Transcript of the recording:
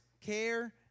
care